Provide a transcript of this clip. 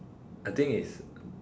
I think is